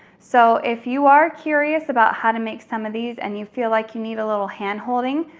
so if you are curious about how to make some of these and you feel like you need a little handholding,